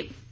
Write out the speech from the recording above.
Piyush Goyal